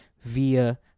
via